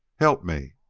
help me!